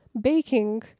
baking